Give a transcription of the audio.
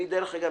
דרך אגב,